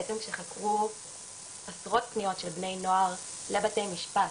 בעצם שחקרו עשרות פניות של בני נוער לבתי משפט,